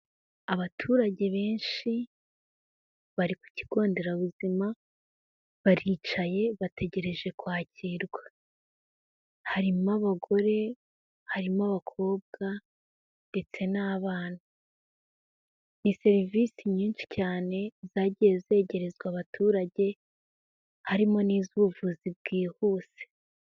Abaturage benshi bari ku kigo nderabuzima, baricaye bategereje kwakirwa, harimo abagore, harimo abakobwa ndetse n'abana, ni serivisi nyinshi cyane zagiye zegerezwa abaturage harimo n'izo ubuvuzi bwihuse.